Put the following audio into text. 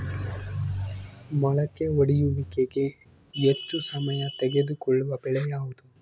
ಮೊಳಕೆ ಒಡೆಯುವಿಕೆಗೆ ಹೆಚ್ಚು ಸಮಯ ತೆಗೆದುಕೊಳ್ಳುವ ಬೆಳೆ ಯಾವುದು?